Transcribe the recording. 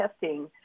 testing